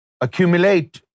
accumulate